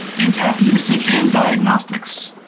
and tap usage and diagnostics.